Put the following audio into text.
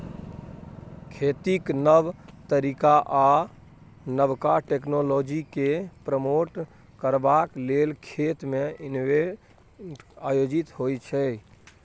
खेतीक नब तरीका आ नबका टेक्नोलॉजीकेँ प्रमोट करबाक लेल खेत मे इवेंट आयोजित होइ छै